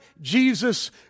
Jesus